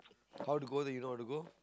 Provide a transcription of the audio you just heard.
how to go do you know how to go